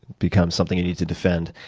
become something you need to defend.